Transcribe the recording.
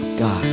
God